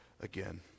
again